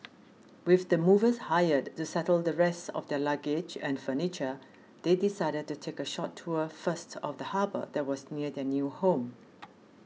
with the movers hired to settle the rest of their luggage and furniture they decided to take a short tour first of the harbour that was near their new home